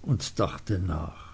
und dachte nach